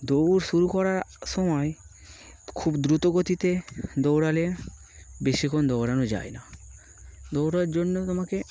দৌড় শুরু করার সময় খুব দ্রুত গতিতে দৌড়ালে বেশিক্ষন দৌড়ানো যায় না দৌড়ার জন্য তোমাকে